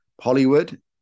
hollywood